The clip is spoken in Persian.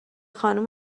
خانوم